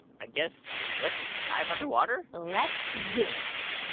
but guess let's dive underwater let's do it